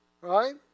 right